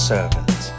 Servant